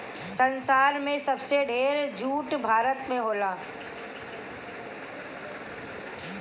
संसार में सबसे ढेर जूट भारत में होला